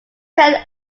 turn